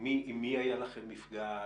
אם מי היה לכם מפגש?